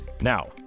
Now